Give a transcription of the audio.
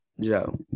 Joe